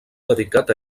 dedicat